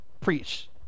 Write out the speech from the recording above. preach